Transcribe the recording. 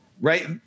right